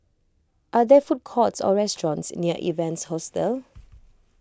are there food courts or restaurants near Evans Hostel